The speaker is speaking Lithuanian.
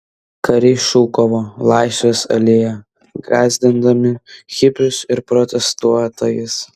kariai šukavo laisvės alėją gąsdindami hipius ir protestuotojus